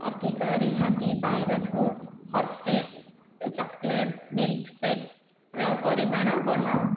ଅଧିକ ରିହାତି ପାଇବାକୁ ହର୍ଷିଜ୍ ଚକୋଲେଟ୍ ମିଲ୍କସେକ୍ ପରିମାଣ ବଢ଼ାଅ